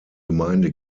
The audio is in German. gemeinde